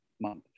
month